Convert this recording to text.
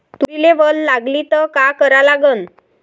तुरीले वल लागली त का करा लागन?